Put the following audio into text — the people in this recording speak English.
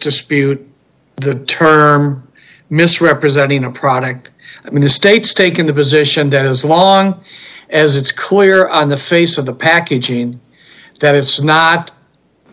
dispute the term misrepresenting a product i mean the states taking the position that as long as it's clear on the face of the packaging that it's not